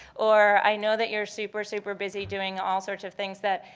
or i know that you're super, super busy doing all sorts of things that,